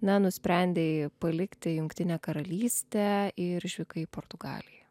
na nusprendei palikti jungtinę karalystę ir išvykai į portugaliją